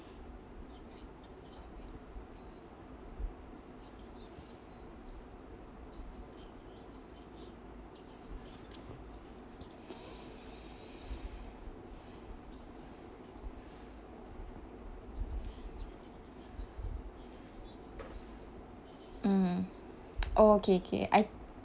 mm oh okay okay I